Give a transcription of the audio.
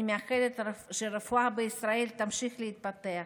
אני מאחלת לכך שהרפואה בישראל תמשיך להתפתח.